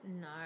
No